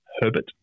Herbert